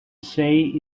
say